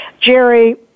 Jerry